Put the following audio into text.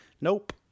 Nope